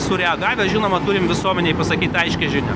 sureagavę žinoma turim visuomenei pasakyt aiškią žinią